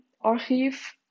Archive